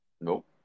Nope